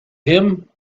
him